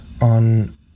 on